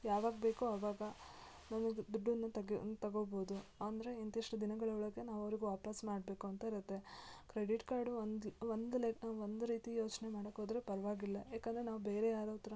ಯಾವಾಗ ಬೇಕೊ ಆವಾಗ ನಮಿಗೆ ದುಡ್ಡನ್ನು ತೆಗಿ ತಗೊಬೋದು ಅಂದರೆ ಇಂತಿಷ್ಟು ದಿನಗಳ ಒಳಗೆ ನಾವು ಅವ್ರ್ಗೆ ವಾಪಸ್ಸು ಮಾಡಬೇಕು ಅಂತ ಇರುತ್ತೆ ಕ್ರೆಡಿಟ್ ಕಾರ್ಡು ಒಂದು ಒಂದು ಲೆಕ್ಕ ಒಂದು ರೀತಿ ಯೋಚನೆ ಮಾಡೋಕೆ ಹೋದ್ರೆ ಪರವಾಗಿಲ್ಲ ಏಕೆಂದ್ರೆ ನಾವು ಬೇರೆ ಯಾರ ಹತ್ರ